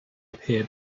appear